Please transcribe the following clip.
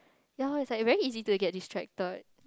ya lor it's like very easy to get distracted